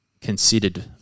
considered